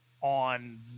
on